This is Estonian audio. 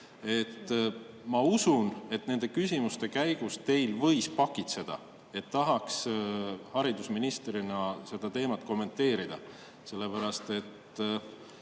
Ma usun, et nende küsimuste käigus teil võis pakitseda, et tahaks haridusministrina seda teemat kommenteerida, sellepärast et